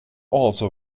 also